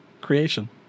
creation